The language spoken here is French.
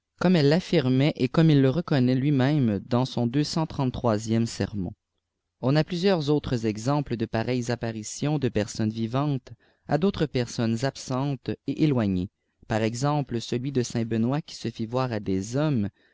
comme elles raffirtnaiènt et comme il le reconnaît lui-même dans son ccxxxili sermon on a plusieurs autres exemples de pareilles apparitions de personnes vivantes à daytres personnes absentes et éloignées par exemple celui de saint benoit oui se fît voira des hommes